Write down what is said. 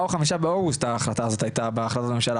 היא מיום ה-4 או ה-5 באוגוסט 2021 בהחלטת הממשלה,